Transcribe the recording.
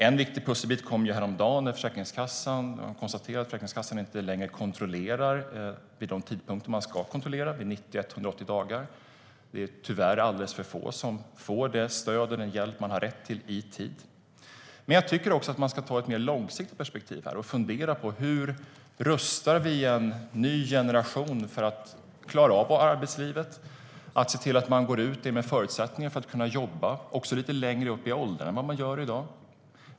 En viktig pusselbit kom häromdagen, när det konstaterades att Försäkringskassan inte längre kontrollerar vid de tidpunkter man ska kontrollera, vid 90 och 180 dagar. Det är tyvärr alldeles för få som i tid får det stöd och den hjälp som man har rätt till. Men jag tycker också att man ska ta ett mer långsiktigt perspektiv och fundera över hur vi rustar en ny generation för att klara av arbetslivet och ser till att man går ut med förutsättningar för att kunna jobba också lite längre upp i åldrarna än vad man gör i dag.